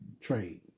trade